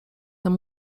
tam